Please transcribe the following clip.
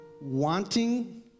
wanting